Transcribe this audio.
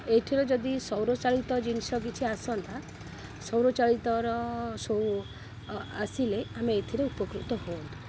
ଏଇଥିର ଯଦି ସୌରଚାଳିତ ଜିନିଷ କିଛି ଆସନ୍ତା ସୌରଚାଳିତର ଆସିଲେ ଆମେ ଏଥିରେ ଉପକୃତ ହୁଅନ୍ତୁ